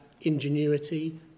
ingenuity